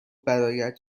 برایت